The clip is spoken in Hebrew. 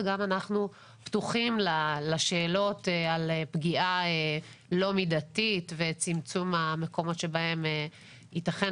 אנחנו גם פתוחים לשאלות על פגיעה לא מידתית וצמצום המקומות שבהם ייתכן